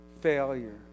Failure